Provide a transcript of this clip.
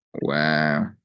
Wow